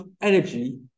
energy